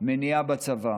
מניעה בצבא.